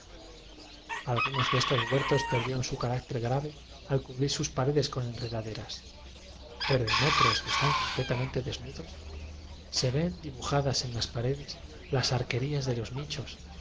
algunos de esíos huertos perdieron su carácter grave al cubrir sus paredes con enredaderas pero en otros que están completamente desnudos se ven dibuja das en las paredes las arquerías de los ni